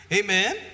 amen